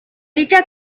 dicha